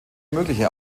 mögliche